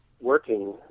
working